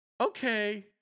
Okay